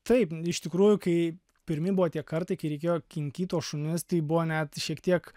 taip iš tikrųjų kai pirmi buvo tie kartai kai reikėjo kinkyt šunis tai buvo net šiek tiek